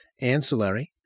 ancillary